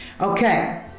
Okay